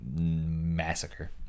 massacre